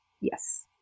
yes